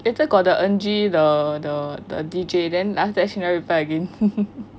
later got the the the the D_J then after that she never reply again